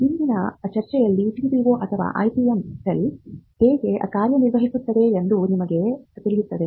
ಇಂದಿನ ಚರ್ಚೆಯಲ್ಲಿ TTO ಅಥವಾ IPM ಸೆಲ್ ಹೇಗೆ ಕಾರ್ಯನಿರ್ವಹಿಸುತ್ತದೆ ಎಂದು ನಿಮಗೆ ತಿಳಿಯುತ್ತದೆ